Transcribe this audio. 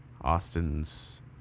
Austin's